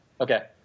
Okay